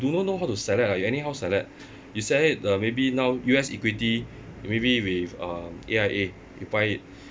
do not know how to select ah you anyhow select you select uh maybe now U_S equity maybe with uh A_I_A you buy it